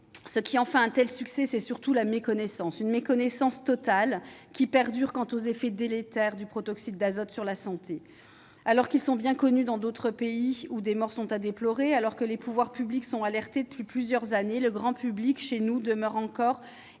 Ce qui explique surtout le succès de ce gaz, c'est la méconnaissance totale qui perdure sur les effets délétères du protoxyde d'azote sur la santé. Alors qu'ils sont bien connus dans d'autres pays, où des morts sont à déplorer, alors que les pouvoirs publics sont alertés depuis plusieurs années, le grand public chez nous demeure encore ignorant